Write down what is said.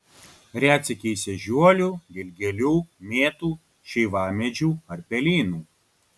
retsykiais ežiuolių dilgėlių mėtų šeivamedžių ar pelynų